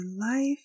life